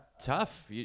tough